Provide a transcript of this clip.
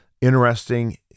Interesting